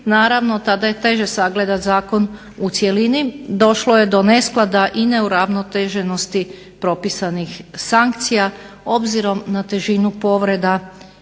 Naravno tada je teže sagledati zakon u cjelini. Došlo je do nesklada i neuravnoteženosti propisanih sankcija obzirom na težinu povreda